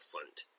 front